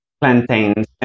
plantains